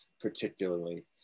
particularly